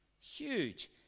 huge